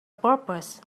purpose